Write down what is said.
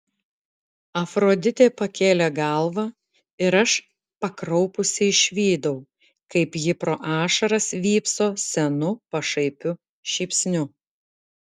afroditė pakėlė galvą ir aš pakraupusi išvydau kaip ji pro ašaras vypso senu pašaipiu šypsniu